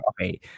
okay